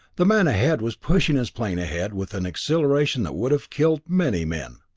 the man ahead was pushing his plane ahead with an acceleration that would have killed many men!